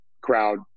crowd